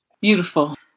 Beautiful